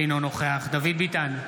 אינו נוכח דוד ביטן,